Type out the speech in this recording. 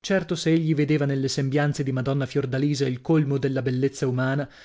certo se egli vedeva nelle sembianze di madonna fiordalisa il colmo della bellezza umana